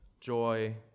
joy